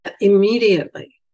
immediately